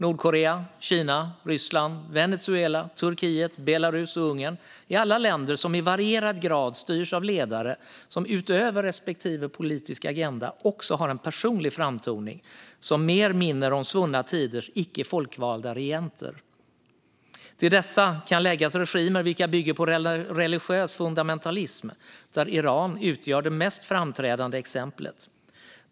Nordkorea, Kina, Ryssland, Venezuela, Turkiet, Belarus och Ungern är alla länder som i varierad grad styrs av ledare som utöver respektive politiska agenda också har en personlig framtoning som mer minner om svunna tiders icke folkvalda regenter. Till dessa kan läggas regimer vilka bygger på religiös fundamentalism där Iran utgör det mest framträdande exemplet.